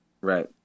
Right